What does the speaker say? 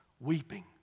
weeping